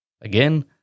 Again